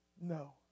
no